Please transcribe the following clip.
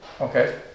Okay